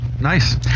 Nice